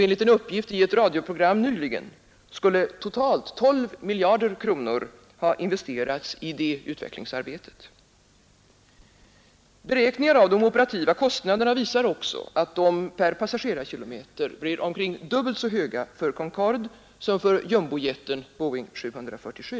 Enligt en uppgift i ett radioprogram nyligen skulle totalt 12 miljarder kronor ha investerats i det utvecklingsarbetet. Beräkningar av de operativa kostnaderna visar ocksa att de per passagerarkilometer blir omkring dubbelt så höga för Concorde som för jumbojeten 747.